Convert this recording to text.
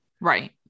right